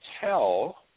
tell